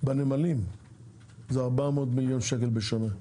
בנמלים זה 400 מיליון שקל בשנה.